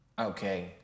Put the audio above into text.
okay